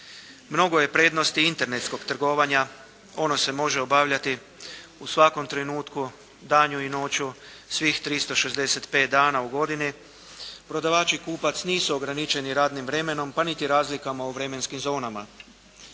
Mnogo je prednosti internetskog trgovanja, ono se može obavljati u svakom trenutku danju i noću, svih 365 dana u godini, prodavač i kupac nisu ograničeni radnim vremenom, pa niti razlikama u vremenskim zonama.